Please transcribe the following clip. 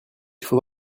faudra